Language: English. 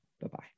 Bye-bye